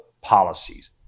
policies